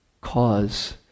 cause